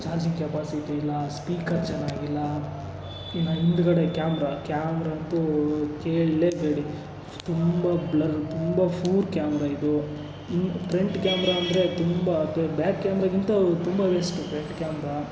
charging capacity ಇಲ್ಲ speaker ಚೆನ್ನಾಗಿಲ್ಲ ಇನ್ನು ಹಿಂದೆಗಡೆ ಕ್ಯಾಮ್ರ ಕ್ಯಾಮ್ರ ಅಂತೂ ಕೇಳಲೇಬೇಡಿ ತುಂಬ ಬ್ಲರ್ ತುಂಬ ಫೂರ್ ಕ್ಯಾಮ್ರ ಇದು ಇನ್ ಫ್ರಂಟ್ ಕ್ಯಾಮ್ರ ಅಂದರೆ ತುಂಬ ಅಂದರೆ ಬ್ಯಾಕ್ ಕ್ಯಾಮ್ರಗಿಂತ ತುಂಬ ವರ್ಸ್ಟು ಫ್ರಂಟ್ ಕ್ಯಾಮ್ರ